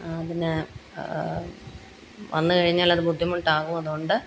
അതിന് വന്നുകഴിഞ്ഞാലത് ബുദ്ധിമുട്ടാകും അതുകൊണ്ട്